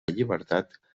llibertat